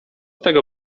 tego